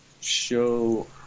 show